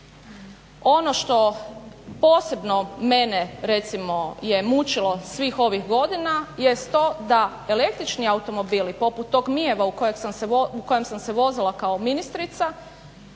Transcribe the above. ono što posebno mene recimo je mučilo svih ovih godina jest to da električni automobili poput tog i-MiEV-a u kojem sam se vozila kao ministrica